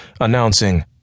announcing